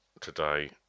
today